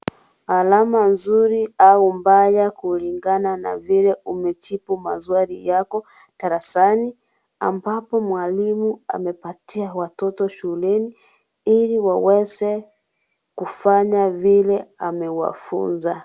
Alama nzuri au mbaya kulingana na vile umejibu maswali yako darasani ambapo mwalimu amepatia watoto shuleni ili waweze kufanya vile amewafunza.